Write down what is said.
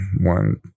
one